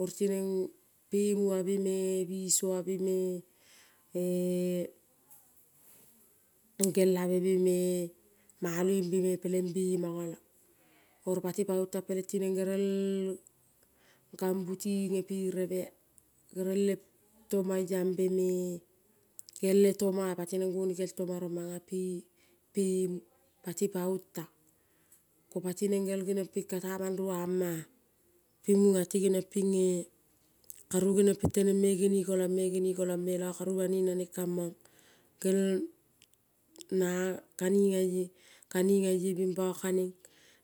Oro tineng pemuo be me, biso be me, egelabe me, mal oimbme peleng be mongolo, oro pati pa ong tang peleng tineng gerel gambu tingepereve ea gel le tomoiambea me, gel le tomo ea, patineng ngonikel tomo rong manga pemu pati pa ong tang. Kopati neng gel ngeniong ping katea mangneiamaea, ping munga ti geniong pinge, karu geniong ping teneng genekoiong me, ngenge koiongme lo karu bu naneng kamong gel na ea kaningeie, kaningeie oimbo kaneng.